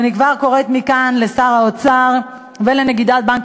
ואני כבר קוראת מכאן לשר האוצר ולנגידת בנק